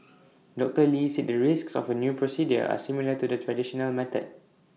doctor lee said the risks of the new procedure are similar to the traditional method